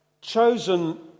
chosen